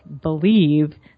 believe